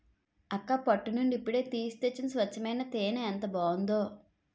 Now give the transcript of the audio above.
అక్కా పట్టు నుండి ఇప్పుడే తీసి తెచ్చిన స్వచ్చమైన తేనే ఎంత బావుందో